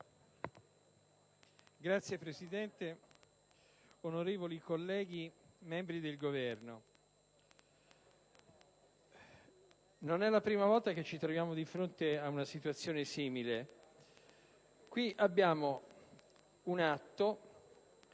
Signor Presidente, onorevoli colleghi, membri del Governo, non è la prima volta che ci troviamo di fronte a una situazione simile. Abbiamo all'esame un atto